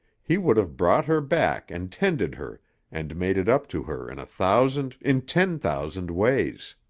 he would have brought her back and tended her and made it up to her in a thousand, in ten thousand, ways.